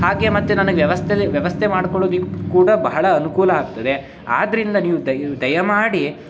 ಹಾಗೇ ಮತ್ತು ನನಗೆ ವ್ಯವಸ್ಥೇಲ್ಲಿ ವ್ಯವಸ್ಥೆ ಮಾಡ್ಕೊಳೋದಕ್ಕೆ ಕೂಡ ಬಹಳ ಅನುಕೂಲ ಆಗ್ತದೆ ಆದ್ದರಿಂದ ನೀವು ದಯ ದಯಮಾಡಿ